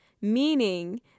meaning